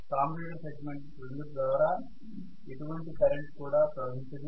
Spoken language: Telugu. కామ్యుటేటర్ సెగ్మెంట్ 2 ద్వారా ఎటువంటి కరెంటు కూడా ప్రవహించదు